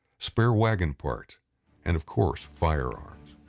spare wagon parts and of course, firearms.